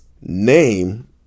name